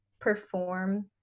perform